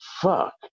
fuck